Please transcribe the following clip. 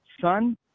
Son